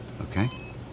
Okay